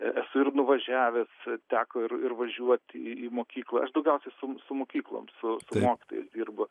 esu ir nuvažiavęs teko ir ir važiuot į mokyklą aš daugiau su su mokyklom su mokytojais dirbu